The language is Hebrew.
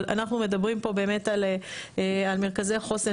אבל אנחנו מדברים פה באמת על מרכזי חוסן